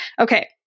Okay